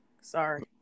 Sorry